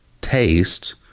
taste